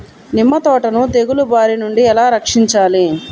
నిమ్మ తోటను తెగులు బారి నుండి ఎలా రక్షించాలి?